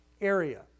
area